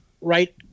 right